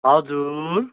हजुर